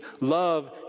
love